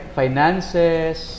finances